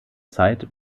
zeit